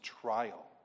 trial